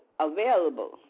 available